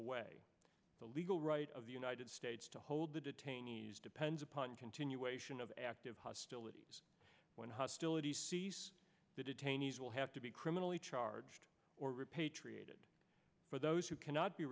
away the legal right of the united states to hold the detainees depends upon continuation of active hostilities when hostilities the detainees will have to be criminally charged or repatriated for those who cannot be